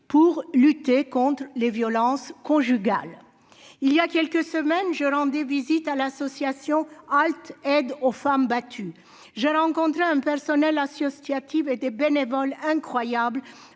pour lutter contre les violences conjugales, il y a quelques semaines, je rendais visite à l'association Halte aide aux femmes battues, j'ai rencontré un personnel associative bénévoles incroyable